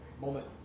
moment